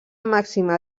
màxima